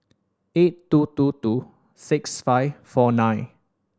eight two two two six five four nine